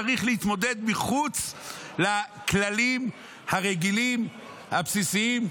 צריך להתמודד מחוץ לכללים הרגילים הבסיסיים.